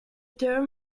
term